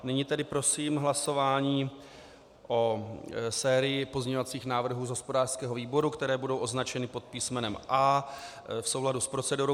Nyní tedy prosím hlasování o sérii pozměňovacích návrhů z hospodářského výboru, které budou označeny pod písmenem A v souladu s procedurou.